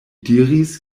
diris